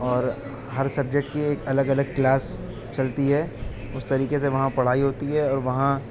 اور ہر سبجیکٹ کے ایک الگ الگ کلاس چلتی ہے اس طریقے سے وہاں پڑھائی ہوتی ہے اور وہاں